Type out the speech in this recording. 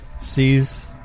sees